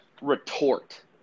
retort